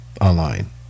online